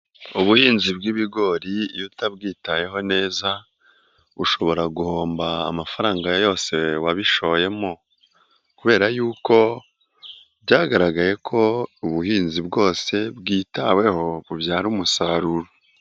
Ubuhinzi bw'ibigori iyo utabwitayeho neza ushobora guhomba amafaranga yose wabishoyemo kubera y'uko byagaragaye ko ubuhinzi bwose bwitaweho bubyara umusaruro.